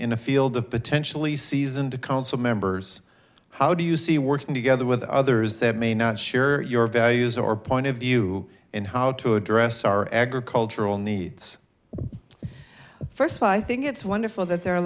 in a field of potentially seasoned council members how do you see working together with others that may not share your values or point of view and how to address our agricultural needs first of all i think it's wonderful that there are a